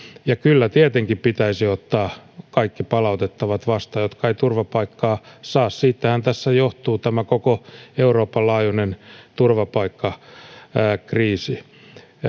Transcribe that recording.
ja kyllä tietenkin pitäisi ottaa kaikki palautettavat vastaan jotka eivät turvapaikkaa saa siitähän johtuu tämä koko euroopan laajuinen turvapaikkakriisi